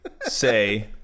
say